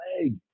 leg